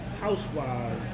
housewives